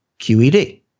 QED